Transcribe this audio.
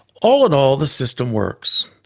all in all the system works.